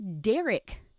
Derek